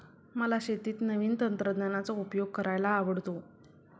मला शेतीत नवीन तंत्रज्ञानाचा उपयोग करायला आवडतो